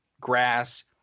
grass